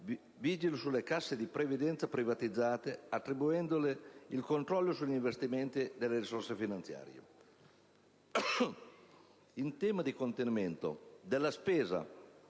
vigili sulle Casse di previdenza privatizzate attribuendole il controllo sugli investimenti delle relative risorse finanziarie. In tema di contenimento delle spese